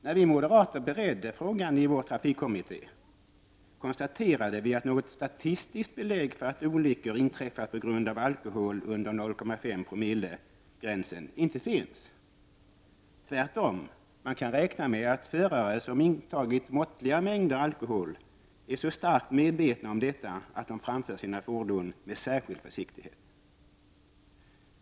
När vi moderater beredde frågan i vår trafikkommitté konstaterade vi att något statistiskt belägg för att olyckor inträffat på grund av alkoholhalt under 0,5-promillegränsen icke finns. Tvärtom kan man räkna med att förare som intagit måttliga mängder alkohol, är så starkt medveten om detta att de framför sina fordon med särskild försiktighet.